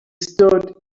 stood